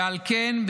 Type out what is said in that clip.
ועל כן,